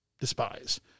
despise